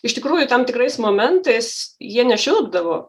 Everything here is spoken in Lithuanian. iš tikrųjų tam tikrais momentais jie nešvilpdavo